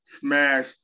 smash